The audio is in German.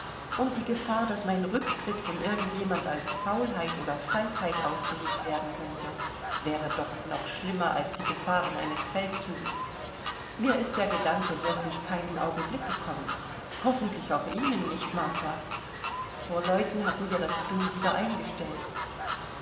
und die gefahr daß mein rücktritt von irgend jemand als faulheit oder feigheit ausgelegt werden könnte wäre doch noch schlimmer als die gefahren eines feldzuges mir ist der gedanke wirklich keinen augenblick gekommen hoffentlich auch ihnen nicht martha vor leuten hatten wir das du wieder eingestellt